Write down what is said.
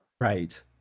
Right